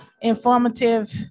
informative